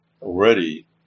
Already